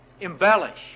embellish